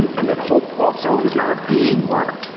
and that hope also is not a being word.